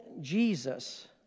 Jesus